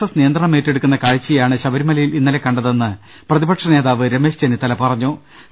S നിയന്ത്രണം ഏറ്റെടുക്കുന്ന കാഴ്ചയാണ് ശബരിമലയിൽ ഇന്നലെ കണ്ടതെന്ന് പ്രതിപക്ഷ നേതാവ് രമേശ് ചെന്നിത്തല പറഞ്ഞു്